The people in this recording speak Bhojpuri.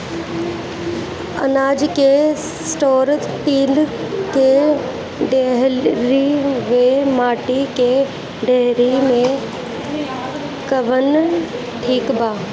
अनाज के स्टोर टीन के डेहरी व माटी के डेहरी मे कवन ठीक बा?